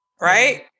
Right